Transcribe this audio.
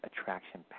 attraction